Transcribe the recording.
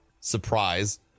surprise